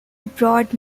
broad